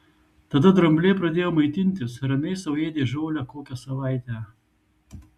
tada drambliai pradėjo maitintis ramiai sau ėdė žolę kokią savaitę